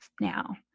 now